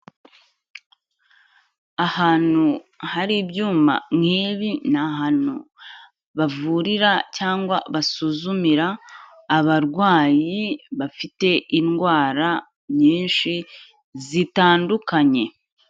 Ahantu hari ibyuma nk'ibi, ni ahantu bavurira cyangwa basuzumira abarwayi bafite indwara nyinshi zitandukanye.